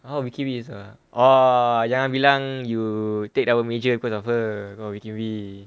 oh wee kim wee is a oh jangan bilang you take double major because of her go wee kim wee